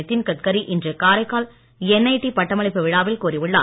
நிதின் கட்கரி இன்று காரைக்கால் என்ஐடி பட்டமளிப்பு விழாவில் கூறியுள்ளார்